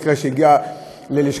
מקרה שהגיע ללשכתי,